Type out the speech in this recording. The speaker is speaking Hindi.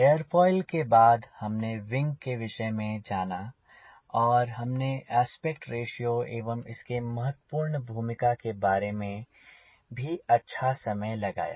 एरोफॉइल के बाद हमने विंग के विषय में जाना और हमने आस्पेक्ट रेश्यो एवं इसकी महत्वपूर्ण भूमिका के बारे में भी अच्छा समय लगाया